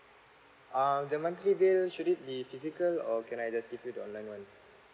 um the monthly bill should it be physical or can I just give you the online one